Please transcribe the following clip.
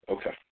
Okay